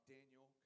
Daniel